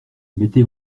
mettez